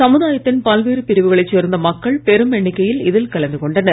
சமுதாயத்தின் பல்வேறு பிரிவுகளை சேர்ந்த மக்கள் பெரும் எண்ணிக்கையில் இதில் கலந்து கொண்டனர்